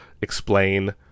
explain